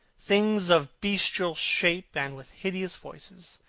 things of bestial shape and with hideous voices.